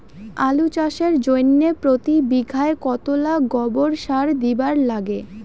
আলু চাষের জইন্যে প্রতি বিঘায় কতোলা গোবর সার দিবার লাগে?